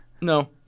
No